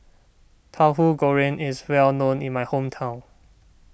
Tahu Goreng is well known in my hometown